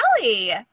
Kelly